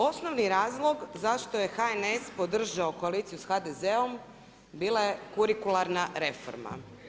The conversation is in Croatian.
Osnovni razlog zašto je HNS podržao koaliciju sa HDZ-om bila je kurikularna reforma.